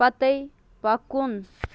پتَے پکُن